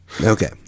Okay